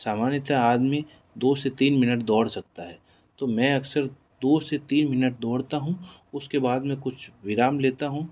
सामान्यतः आदमी दो से तीन मिनट दौड़ सकता है तो मैं अक्सर दो से तीन मिनट दौड़ता हूँ उसके बाद में कुछ विराम लेता हूँ